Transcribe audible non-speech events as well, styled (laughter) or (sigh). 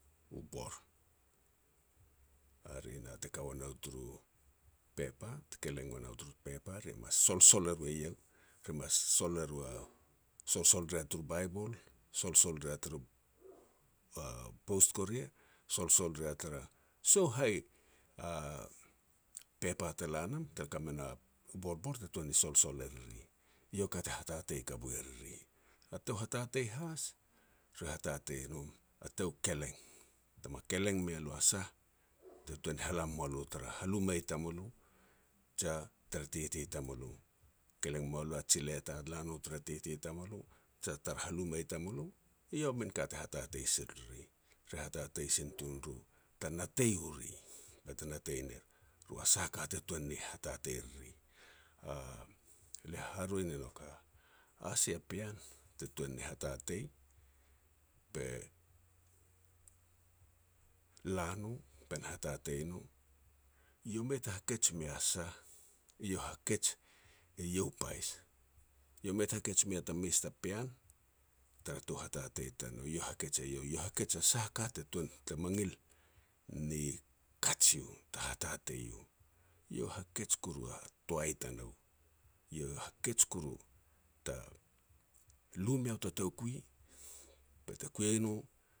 u bor hare na te ka ua nou taru pepa, te keleng wa nou taru pepa ri mas solsol e ru eiau re mas sol e ru a (hesitation) solsol rea turu Bible, solsol rea tru Post Courier solsol rea taru sah u hai pepa te la nam, te ka me na borbor te tuan ni solsol e riri, eiau a ka te hatatei kabu e riri. A tou hatatei has, re hatatei ru a tou keleng, ta ma keleng mea lo a sah, te tuan ha la me mea lo tara haluma i tamulo je tara tete tamulo, keleng me moa lo a ji leta la na tar tete tamulo jia tara haluma tamulo. Eiau minka te hatatei sil e riri. Re hatatei sin tun ro ta natei u ri bete natei ner natei ru a sah ka te tuan ni hatatei riri. Lia haharoi ne nouk a sia pean te tuan ni hatatei be la no be na hatatei no. Eiau mei ta hakej mea sah, iau e hakej eiau pais, eiau mes ta hakej a sah a ka te tuan te mangil ni kaj iu te hatatei u, eiau hakej koru a toai tanou. Eiau hakej koru ta lu meiau ta tou kui bete kui eno.